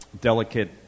delicate